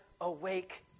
awake